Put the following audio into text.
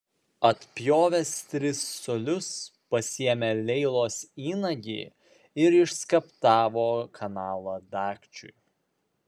atpjovęs tris colius pasiėmė leilos įnagį ir išskaptavo kanalą dagčiui